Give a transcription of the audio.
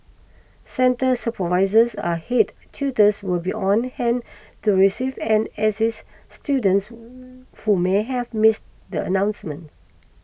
centre supervisors and head tutors will be on hand to receive and assist students who may have miss the announcement